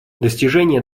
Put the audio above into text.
достижение